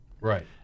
Right